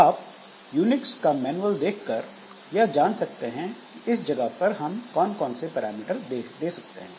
आप यूनिक्स के मैनुअल में देखकर यह जान सकते हैं कि इस जगह पर हमें कौन से पैरामीटर देने चाहिए